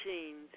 Machines